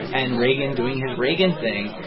and reagan, doing his reagan thing,